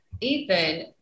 Ethan